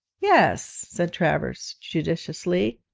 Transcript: yes, said travers, judicially,